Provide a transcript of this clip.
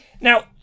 Now